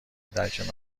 درک